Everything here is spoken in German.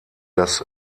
das